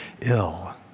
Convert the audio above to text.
ill